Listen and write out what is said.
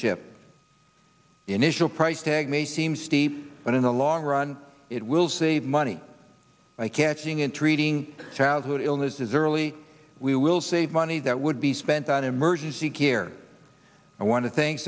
the initial price tag may seem steep but in the long run it will save money by catching and treating childhood illnesses early we will save money that would be spent on emergency care i want to thank